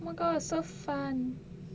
my god so fun